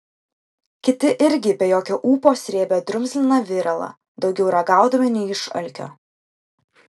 kiti irgi be jokio ūpo srėbė drumzliną viralą daugiau ragaudami nei iš alkio